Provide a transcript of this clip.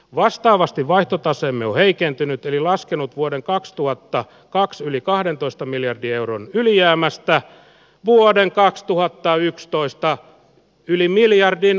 vastaavasti vaihtotaseemme on heikentynyt yli laskenut vuoden kaksituhatta kaks yli kahdentoista miljardin euron ylijäämästä vuoden kaksituhattayksitoista yli miljardin